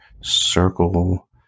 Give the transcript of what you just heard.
circle